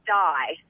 die